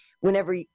whenever